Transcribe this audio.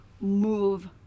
move